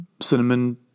cinnamon